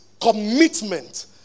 commitment